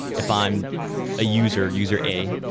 if i'm a user, user a,